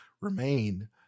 remain